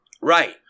Right